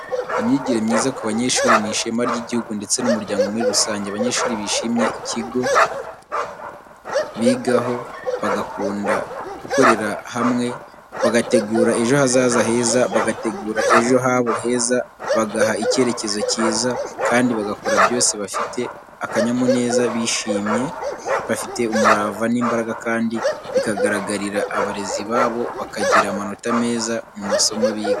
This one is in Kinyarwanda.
Imyigire myiza ku banyeshuri ni ishema ry'igihugu ndetse n'umuryango muri rusange. Abanyeshuri bishimiye ikigo bigaho, bagakunda gukorera hamwe, bagategura ejo hazaza heza, bagategura ejo habo heza bagaha icyerekezo kiza. Kandi bagakora byose bafite akanyamuneza bishimye, bafite umurava n'imbaraga kandi bikagaragarira abarezi babo, bakagira amanota meza mu masomo biga.